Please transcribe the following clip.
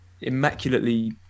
immaculately